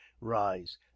rise